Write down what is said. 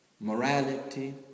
morality